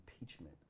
impeachment